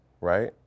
Right